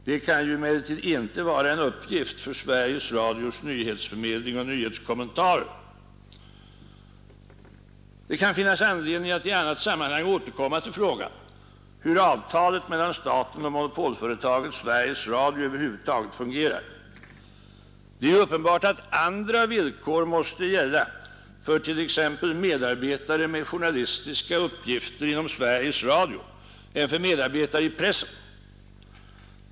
Detta kan emellertid inte vara en uppgift för Sveriges Radios nyhetsförmedling och nyhetskommentarer. Det kan finnas anledning att i annat sammanhang återkomma till frågan, hur avtalet mellan staten och monopolföretaget Sveriges Radio över huvud taget fungerar. Det är uppenbart att andra villkor måste gälla för t.ex. medarbetare med journalistiska uppgifter inom Sveriges Radio än för medarbetare i pressen.